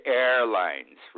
airlines